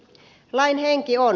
lain henki on